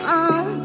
on